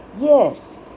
Yes